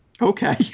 Okay